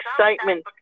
excitement